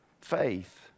Faith